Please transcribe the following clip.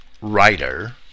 writer